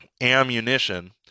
ammunition